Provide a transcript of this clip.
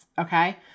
okay